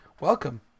Welcome